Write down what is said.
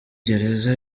gereza